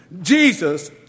Jesus